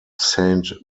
saint